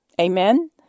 Amen